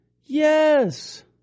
Yes